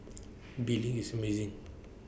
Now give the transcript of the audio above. bee Ling is amazing